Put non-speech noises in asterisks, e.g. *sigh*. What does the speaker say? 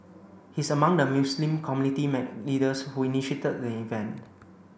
he is among the Muslim community *unintelligible* leaders who initiated the event